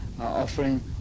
offering